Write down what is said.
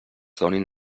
donin